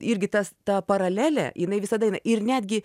irgi tas ta paralelė jinai visada eina ir netgi